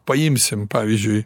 paimsim pavyzdžiui